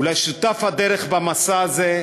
ולשותף לדרך במסע הזה,